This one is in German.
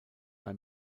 bei